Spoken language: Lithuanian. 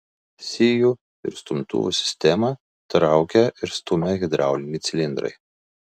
sijų ir stumtuvų sistemą traukia ir stumia hidrauliniai cilindrai